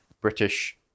British